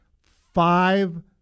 five